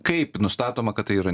kaip nustatoma kad tai yra